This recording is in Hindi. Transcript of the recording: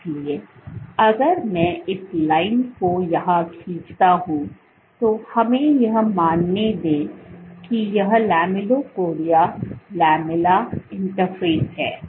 इसलिए अगर मैं इस लाइन को यहाँ खींचता हूँ तो हमें यह मानने दें कि यह लैमेलिपोडिया लैमेला इंटरफ़ेस है